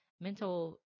mental